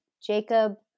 Jacob